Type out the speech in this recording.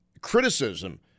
criticism